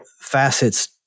facets